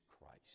Christ